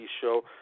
show